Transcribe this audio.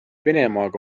venemaaga